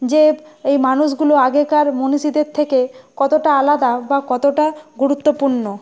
যে এই মানুষগুলো আগেকার মনীষীদের থেকে কতটা আলাদা বা কতটা গুরুত্বপূর্ণ